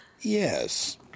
yes